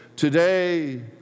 Today